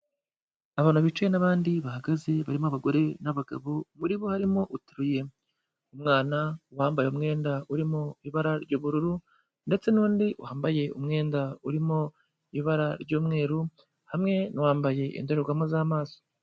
Abantu bicaye n'abandi bahagaze, barimo abagore n'abagabo, muri bo harimo uteruye umwana, uwambaye umwenda urimo ibara ry'ubururu ndetse n'undi wambaye umwenda urimo ibara ry'umweru, hamwe n'uwambaye indorerwamo z'amaso.